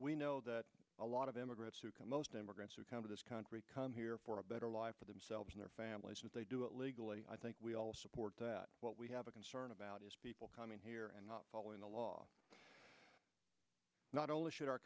we know that a lot of immigrants who come most immigrants who come to this country come here for a better life for themselves and their families but they do it legally i think we all support that what we have a concern about is people coming here and not following the law not only sh